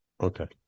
Okay